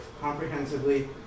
comprehensively